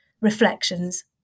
reflections